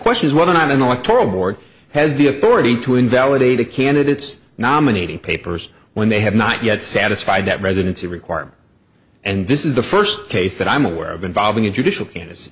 question is whether or not the electoral board has the authority to invalidate a candidates nominating papers when they have not yet satisfied that residency requirement and this is the first case that i'm aware of involving a judicial can